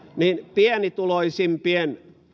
pienituloisimpien